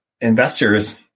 investors